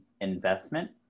investment